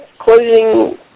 closing